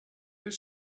his